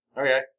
Okay